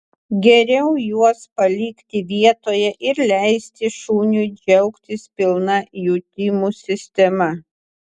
geriau juos palikti vietoje ir leisti šuniui džiaugtis pilna jutimų sistema